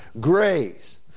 grace